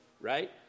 right